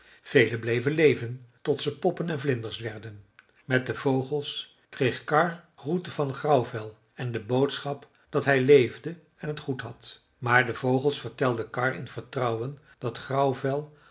velen bleven leven tot ze poppen en vlinders werden met de vogels kreeg karr groeten van grauwvel en de boodschap dat hij leefde en het goed had maar de vogels vertelden karr in vertrouwen dat grauwvel